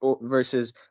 versus